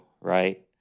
right